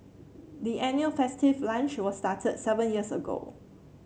the annual festive lunch was started seven years ago